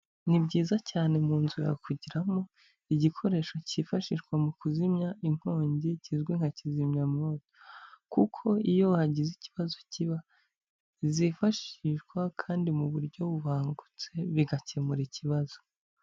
Ni byiza cyane mu nzu yawe kugiramo igikoresho cyifashishwa mu kuzimya inkongi, kizwi nka kizimyamoto. Kuko iyo hagize ikibazo kiba, zifashishwa kandi mu buryo bubangutse, bigakemura ikibazo.